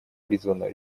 призвано